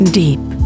deep